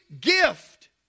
gift